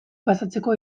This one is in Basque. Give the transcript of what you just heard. pasatzeko